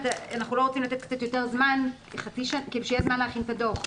אנחנו לא רוצים לתת קצת יותר זמן כדי שיהיה זמן להכין את הדוח.